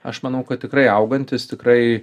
aš manau kad tikrai augantis tikrai